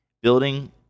building